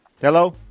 Hello